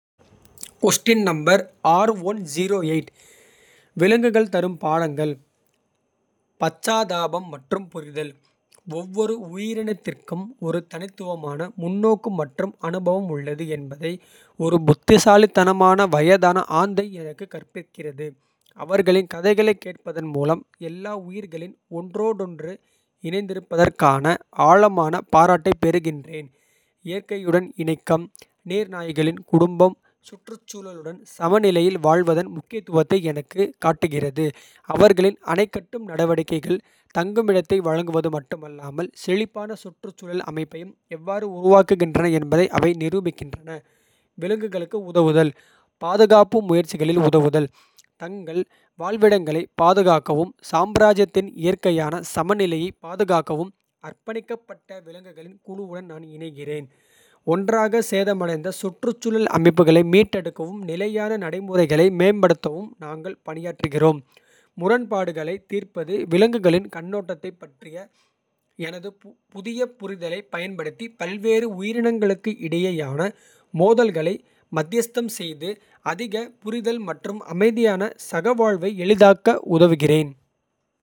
விலங்குகள் தரும் பாடங்கள் பச்சாதாபம் மற்றும். புரிதல் ஒவ்வொரு உயிரினத்திற்கும் ஒரு தனித்துவமான. முன்னோக்கு மற்றும் அனுபவம் உள்ளது என்பதை ஒரு. புத்திசாலித்தனமான வயதான ஆந்தை எனக்கு கற்பிக்கிறது. அவர்களின் கதைகளைக் கேட்பதன் மூலம் எல்லா உயிர்களின். ஒன்றோடொன்று இணைந்திருப்பதற்கான ஆழமான. பாராட்டைப் பெறுகிறேன் இயற்கையுடன் இணக்கம். நீர்நாய்களின் குடும்பம் சுற்றுச்சூழலுடன் சமநிலையில். வாழ்வதன் முக்கியத்துவத்தை எனக்குக் காட்டுகிறது. அவர்களின் அணை கட்டும் நடவடிக்கைகள் தங்குமிடத்தை. வழங்குவது மட்டுமல்லாமல் செழிப்பான சுற்றுச்சூழல். அமைப்பையும் எவ்வாறு உருவாக்குகின்றன என்பதை. அவை நிரூபிக்கின்றன. விலங்குகளுக்கு உதவுதல் பாதுகாப்பு முயற்சிகளில். உதவுதல் தங்கள் வாழ்விடங்களைப் பாதுகாக்கவும். சாம்ராஜ்யத்தின் இயற்கையான சமநிலையைப். பாதுகாக்கவும் அர்ப்பணிக்கப்பட்ட விலங்குகளின். குழுவுடன் நான் இணைகிறேன் ஒன்றாக சேதமடைந்த. சுற்றுச்சூழல் அமைப்புகளை மீட்டெடுக்கவும் நிலையான. நடைமுறைகளை மேம்படுத்தவும் நாங்கள் பணியாற்றுகிறோம். முரண்பாடுகளைத் தீர்ப்பது விலங்குகளின். கண்ணோட்டத்தைப் பற்றிய எனது புதிய புரிதலைப் பயன்படுத்தி. பல்வேறு உயிரினங்களுக்கு இடையேயான மோதல்களை. மத்தியஸ்தம் செய்து அதிக புரிதல் மற்றும் அமைதியான. சகவாழ்வை எளிதாக்க உதவுகிறேன்.